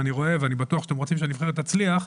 ואני בטוח שאתם רוצים שהנבחרת תצליח,